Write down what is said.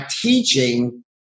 teaching